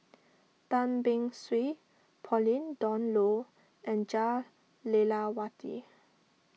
Tan Beng Swee Pauline Dawn Loh and Jah Lelawati